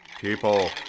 People